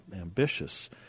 ambitious